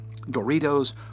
Doritos